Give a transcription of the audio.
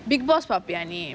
bigg boss பாபிய நீ:paapiya nee